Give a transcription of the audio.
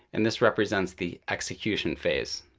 and this represents the execution phase.